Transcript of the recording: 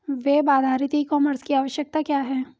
Web आधारित e commerce की आवश्यकता क्या है?